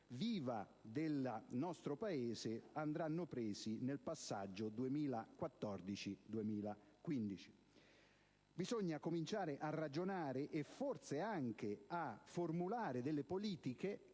viva del nostro Paese - andranno assunti nel passaggio 2014-2015. Bisogna cominciare a ragionare, e forse anche a formulare delle politiche